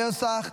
אינו נוכח,